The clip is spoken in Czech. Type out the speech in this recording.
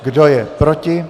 Kdo je proti?